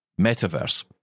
Metaverse